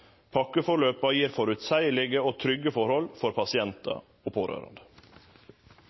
Pakkeforløpa gir føreseielege og trygge forhold for pasientar og pårørande.